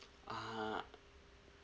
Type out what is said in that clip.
ah